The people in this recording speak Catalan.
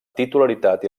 titularitat